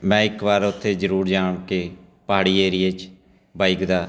ਮੈਂ ਇੱਕ ਵਾਰ ਉੱਥੇ ਜ਼ਰੂਰ ਜਾ ਕੇ ਪਹਾੜੀ ਏਰੀਏ 'ਚ ਬਾਈਕ ਦਾ